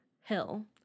hill